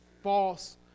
false